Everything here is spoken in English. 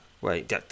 Wait